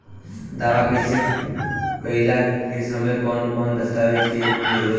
दावा कईला के समय कौन कौन दस्तावेज़ के जरूरत बा?